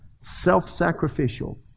Self-sacrificial